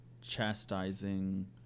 chastising